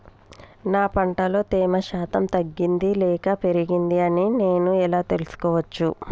నా పంట లో తేమ శాతం తగ్గింది లేక పెరిగింది అని నేను ఎలా తెలుసుకోవచ్చు?